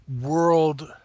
world